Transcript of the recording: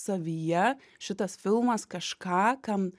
savyje šitas filmas kažką kam